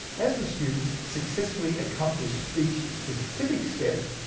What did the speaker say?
as the students successfully accomplished each specific step,